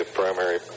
primary